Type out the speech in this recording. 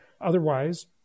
Otherwise